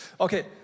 okay